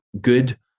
good